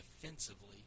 defensively